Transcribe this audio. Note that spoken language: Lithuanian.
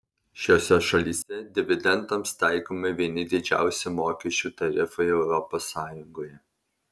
šiose šalyse dividendams taikomi vieni didžiausių mokesčių tarifai europos sąjungoje